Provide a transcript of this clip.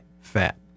fat